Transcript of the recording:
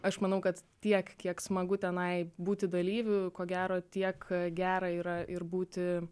aš manau kad tiek kiek smagu tenai būti dalyviųu ko gero tiek gera yra ir būti